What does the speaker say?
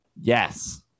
Yes